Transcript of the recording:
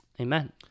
Amen